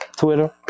Twitter